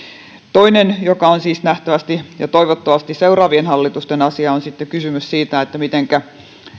toinen asia joka on siis nähtävästi ja toivottavasti seuraavien hallitusten asia on sitten kysymys siitä mitenkä